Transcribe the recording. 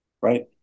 right